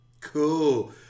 Cool